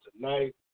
tonight